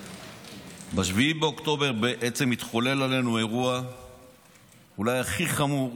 ב-7 באוקטובר בעצם התחולל עלינו אירוע אולי הכי חמור,